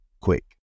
quick